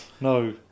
No